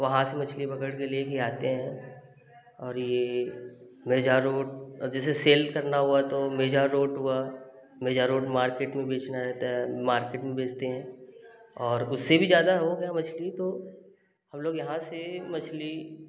वहाँ से मछली पकड़ कर ले कर आते हैं और यह मिर्ज़ा रोड और जैसे सेल करना हुआ तो मिर्ज़ा रोड हुआ मिर्ज़ा रोड मार्केट में बेचना रहता है मार्केट में बेचते हैं और उससे भी ज़्यादा हो गया मछली तो हम लोग यहाँ से मछली